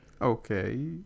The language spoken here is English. Okay